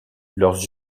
leurs